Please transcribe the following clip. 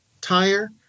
tire